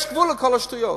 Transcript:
יש גבול לכל השטויות.